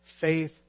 Faith